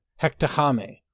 Hectahame